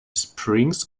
springs